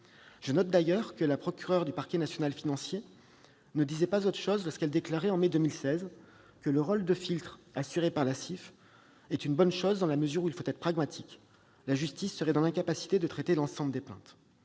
Je note, d'ailleurs, que la procureur du Parquet national financier, le PNF, ne disait pas autre chose lorsqu'elle déclarait, en mai 2016, que « le rôle de filtre assuré par la CIF est une bonne chose, dans la mesure où il faut être pragmatique : la justice serait dans l'incapacité de traiter l'ensemble des plaintes